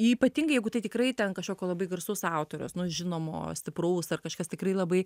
ypatingai jeigu tai tikrai ten kažkokio labai garsaus autoriaus nu žinomo stipraus ar kažkas tikrai labai